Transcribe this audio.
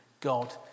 God